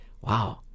wow